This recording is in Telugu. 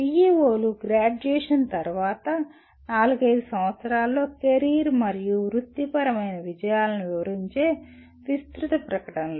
PEO లు గ్రాడ్యుయేషన్ తర్వాత నాలుగైదు సంవత్సరాలలో కెరీర్ మరియు వృత్తిపరమైన విజయాలను వివరించే విస్తృత ప్రకటనలు